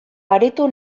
areto